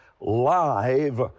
live